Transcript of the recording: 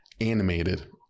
animated